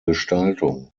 gestaltung